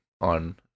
on